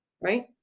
right